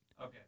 Okay